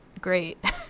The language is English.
great